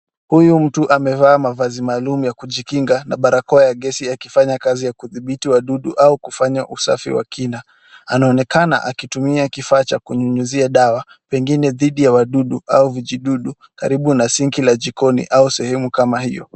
Huyu mtu amevaa mavazi maalum ya kujikinga na barakoa ya gesi ya kifanya kazi ya kudhibiti wadudu au kufanya usafi wa kina, anaonekana akitumia kifaa cha kunyunyuzia dawa, pengine dhidi ya wadudu au vijijini, Karibu na sinki la jikoni au sehemu kama hiyo.